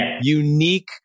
unique